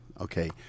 Okay